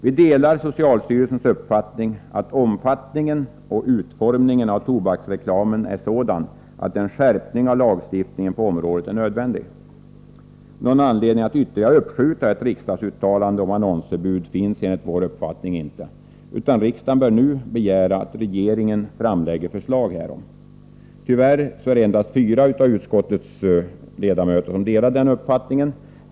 Vi delar socialstyrelsens uppfattning att omfattningen och utformningen av tobaksreklamen är sådan att en skärpning av lagstiftningen på området är nödvändig. Någon anledning att ytterligare uppskjuta ett riksdagsuttalande om annonsförbud finns enligt vår uppfattning inte, utan riksdagen bör nu begära att regeringen framlägger förslag härom. Tyvärr är det endast fyra av utskottets ledamöter som delar denna uppfattning.